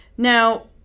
Now